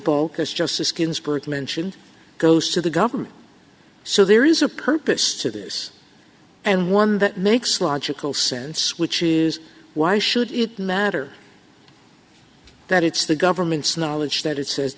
bocas justice ginsburg mentioned goes to the government so there is a purpose to this and one that makes logical sense which is why should it matter that it's the government's knowledge that it